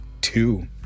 two